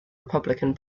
republican